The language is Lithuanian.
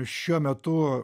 šiuo metu